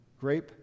grape